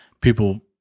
People